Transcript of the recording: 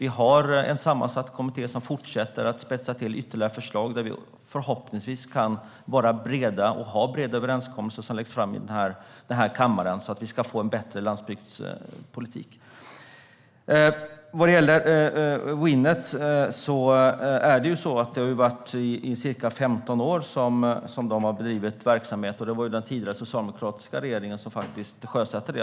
Vi har en sammansatt kommitté som fortsätter att spetsa till ytterligare förslag där vi förhoppningsvis kan få breda överenskommelser som läggs fram i den här kammaren så att vi kan få en bättre landsbygdspolitik. Winnet har bedrivit verksamhet i ca 15 år, och det var den tidigare socialdemokratiska regeringen som sjösatte det.